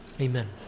Amen